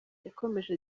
yakomeje